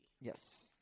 Yes